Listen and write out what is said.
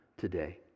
today